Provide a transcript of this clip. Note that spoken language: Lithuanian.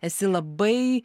esi labai